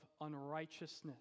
unrighteousness